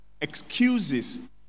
excuses